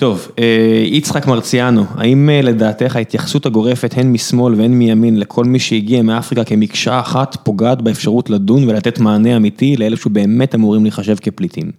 טוב, יצחק מרציאנו, האם לדעתך ההתייחסות הגורפת הן משמאל והן מימין לכל מי שהגיע מאפריקה כמקשה אחת פוגעת באפשרות לדון ולתת מענה אמיתי לאלה שהוא באמת אמורים לחשב כפליטים?